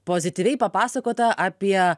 pozityviai papasakota apie